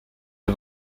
est